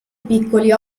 piccoli